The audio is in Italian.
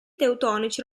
teutonici